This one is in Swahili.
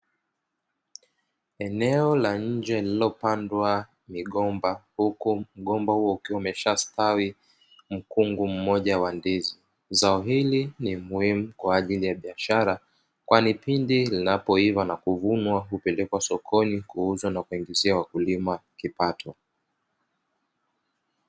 Eneo la nje nilopandwa migomba huku mgumba huo ukiwa umeshastawi mkungu mmoja wa ndizi zao, hili ni muhimu kwa ajili ya biashara kwani pindi linapoiva na kuvunwa hupelekwa sokoni kuuzwa na kupunguziwa wakulima kipato.